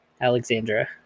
Alexandra